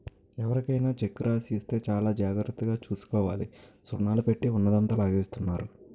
ఎవరికైనా చెక్కు రాసి ఇస్తే చాలా జాగ్రత్తగా చూసుకోవాలి సున్నాలు పెట్టి ఉన్నదంతా లాగేస్తున్నారు